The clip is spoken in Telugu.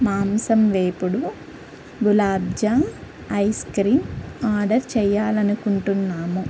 మాంసం వేపుడు గులాబ్జామ్ ఐస్ క్రీం ఆర్డర్ చెయ్యాలనుకుంటున్నాము